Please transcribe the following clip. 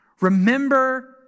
Remember